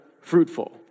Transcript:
fruitful